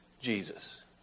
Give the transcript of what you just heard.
Jesus